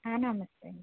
ఆ నమస్తే అండి